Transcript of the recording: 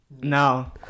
no